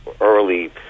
early